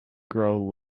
grow